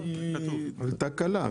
על תקלה.